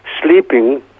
sleeping